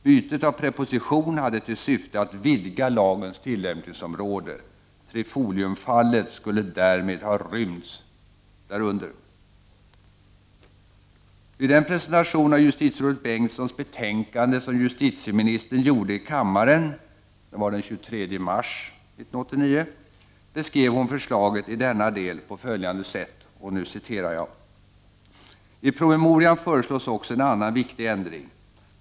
Bytet av preposition hade till syfte att vidga lagens tillämpningsområde. Trifoliumfallet skulle därmed ha rymts därunder. Vid den presentation av justitierådet Bengtssons betänkande som justitieministern gjorde i kammaren — det var den 23 mars 1989 — beskrev hon förslaget i denna del på följande sätt: ”I promemorian föreslås också en annan viktig ändring.